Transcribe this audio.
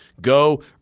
Go